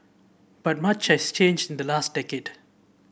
but much has changed in the last decade